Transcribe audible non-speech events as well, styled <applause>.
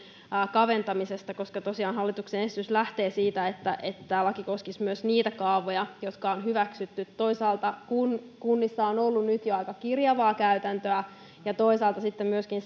kaventamisesta koska tosiaan hallituksen esitys lähtee siitä että että tämä laki koskisi myös niitä kaavoja jotka on hyväksytty toisaalta kunnissa on ollut jo nyt aika kirjavaa käytäntöä ja toisaalta tämä sitten myöskin <unintelligible>